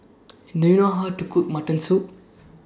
Do YOU know How to Cook Mutton Soup